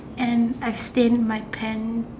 and I stain my pants